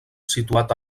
situat